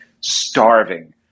starving